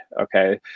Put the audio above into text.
okay